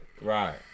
Right